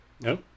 No